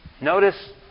Notice